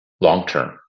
long-term